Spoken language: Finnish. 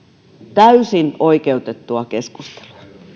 täysin oikeutettua keskustelua